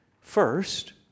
First